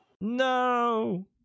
No